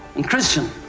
and christian